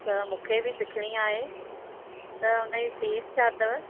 त मूंखे बि सिखणी आहे त हुनजी फीस छा अथव